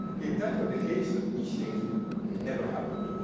if that were the case, these things will never happen.